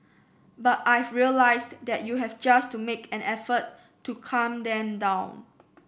but I've realised that you just have to make an effort to calm them down